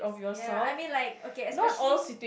ya I mean like okay especially